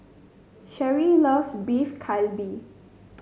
Sherry loves Beef Galbi